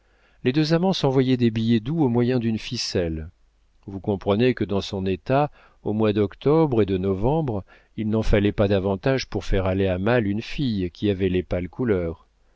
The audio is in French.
les deux amants s'envoyaient des billets doux au moyen d'une ficelle vous comprenez que dans son état aux mois d'octobre et de novembre il n'en fallait pas davantage pour faire aller à mal une fille qui avait les pâles couleurs